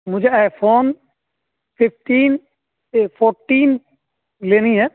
مجھے iPhone fifteen یہ fourteen لینی ہے